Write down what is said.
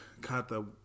kata